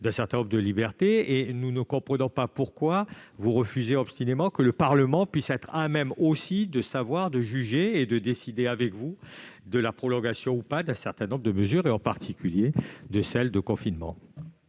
d'un certain nombre de nos libertés. Nous ne comprenons donc pas pourquoi vous refusez obstinément d'admettre que le Parlement puisse être à même de savoir, de juger et de décider avec vous de la prolongation ou non d'un certain nombre de mesures, et en particulier du confinement.